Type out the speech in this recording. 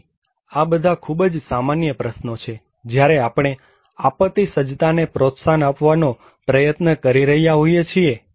તેથી આ બધા ખૂબ જ સામાન્ય પ્રશ્નો છે જ્યારે આપણે આપત્તિ સજ્જતા ને પ્રોત્સાહન આપવાનો પ્રયત્ન કરી રહ્યા હોઈએ છીએ